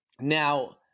Now